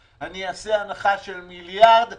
אם אני עושה הנחה של מיליארד שקל,